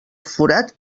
forat